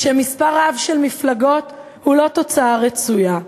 שמספר רב של מפלגות הוא לא תוצאה רצויה,